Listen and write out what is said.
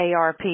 ARP